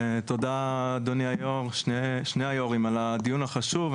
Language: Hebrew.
תודה רבה לשני יושבי-הראש על הדיון החשוב.